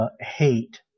hate